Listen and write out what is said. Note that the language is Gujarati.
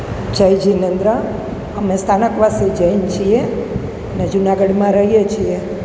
જય જિનેન્દ્ર અમે સ્થાનકવાસી જૈન છીએ અને જુનાગઢમાં રહીએ છીએ